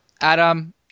Adam